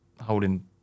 holding